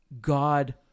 God